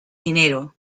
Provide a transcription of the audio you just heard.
dinero